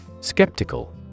Skeptical